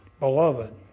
Beloved